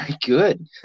good